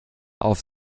auf